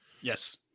Yes